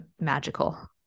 magical